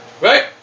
Right